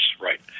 Right